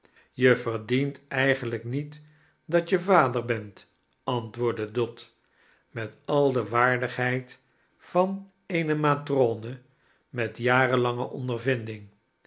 je veidient eigenlijk niet dat je vader bent antwoordde dot met al de waardighedd van eene matrone met jarenlange ondervindjng